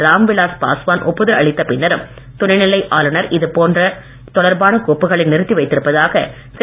ராம்விலாஸ் பாஸ்வான் ஒப்புதல் அளித்த பின்னரும் துணைநிலை ஆளுநர் இது தொடர்பான கோப்புகளை நிறுத்தி வைத்திருப்பதாக திரு